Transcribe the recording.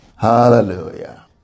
Hallelujah